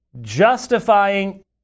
justifying